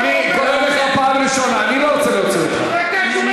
אני לא רוצה להוציא אף אחד.